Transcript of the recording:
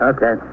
Okay